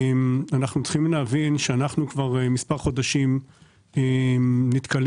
צריך להבין שכבר מספר חודשים אנחנו נתקלים